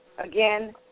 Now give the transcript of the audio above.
Again